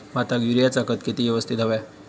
भाताक युरियाचा खत किती यवस्तित हव्या?